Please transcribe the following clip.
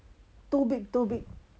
too big too big